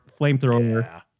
flamethrower